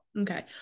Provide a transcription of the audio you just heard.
okay